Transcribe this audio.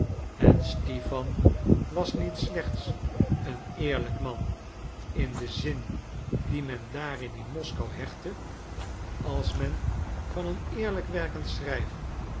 en stipan was niet slechts een eerlijk man in den zin dien men daaraan in moskou hechtte als men van een eerlijk werkend schrijver